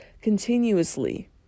continuously